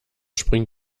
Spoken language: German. springt